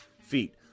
feet